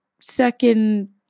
second